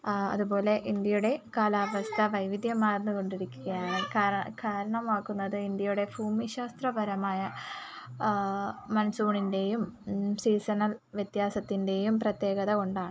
അതുപോലെ ഇന്ത്യയുടെ കാലാവസ്ഥ വൈവിധ്യമാർന്ന് കൊണ്ടിരിക്കുകയാണ് കാരണമാകുന്നത് ഇന്ത്യയുടെ ഭൂമിശാസ്ത്രപരമായ മൺസൂണിൻ്റെയും സീസണൽ വ്യത്യാസത്തിൻ്റെയും പ്രത്യേകത കൊണ്ടാണ്